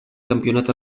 campionat